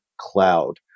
cloud